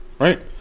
Right